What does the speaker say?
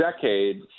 decade